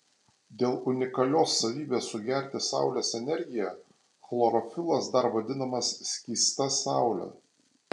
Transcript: dėl unikalios savybės sugerti saulės energiją chlorofilas dar vadinamas skysta saule